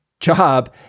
job